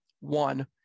One